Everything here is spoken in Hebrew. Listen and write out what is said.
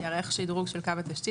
יערך שדרוג של קו התשתית,